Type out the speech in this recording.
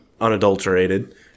unadulterated